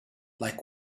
like